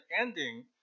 ending